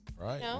right